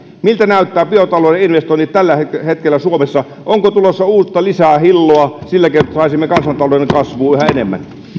miltä näyttävät biotalouden investoinnit tällä hetkellä hetkellä suomessa onko tulossa uutta lisää hilloa sillä keinoin saisimme kansantalouden kasvuun yhä enemmän